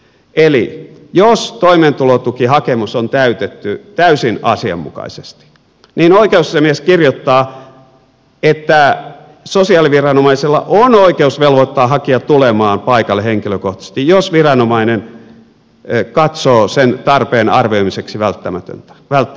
eli jos toimeentulotukihakemus on täytetty täysin asianmukaisesti niin oikeusasiamies kirjoittaa että sosiaaliviranomaisella on oikeus velvoittaa hakija tulemaan paikalle henkilökohtaisesti jos viranomainen katsoo sen tarpeen arvioimiseksi välttämättömäksi